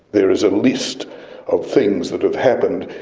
there is a list of things that have happened,